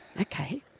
Okay